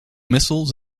missiles